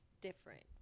different